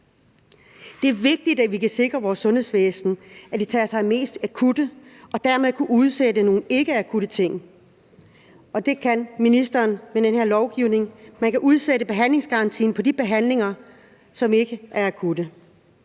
Det er vigtigt, at vi kan sikre, at vores sundhedsvæsen tager sig af de mest akutte og dermed kunne udsætte nogle ikkeakutte ting, og det kan ministeren med den her lovgivning. Man kan udsætte behandlingsgarantien på de behandlinger, som ikke er akutte.